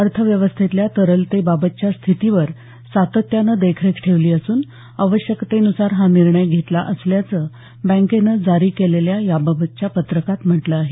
अर्थव्यवस्थेतल्या तरलतेबाबतच्या स्थितीवर सातत्यानं देखरेख ठेवली असून आवश्यकतेनुसार हा निर्णय घेतला असल्याचं बँकेनं जारी केलेल्या याबाबतच्या पत्रकात म्हटलं आहे